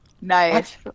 nice